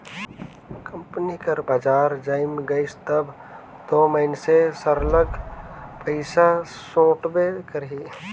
company कर बजार जइम गइस तब दो मइनसे सरलग पइसा सोंटबे करही